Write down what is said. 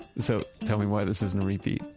so tell me why this isn't a repeat.